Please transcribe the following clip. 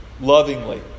lovingly